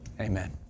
Amen